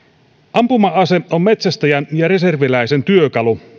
ampuma ase on metsästäjän ja reserviläisen työkalu